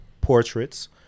portraits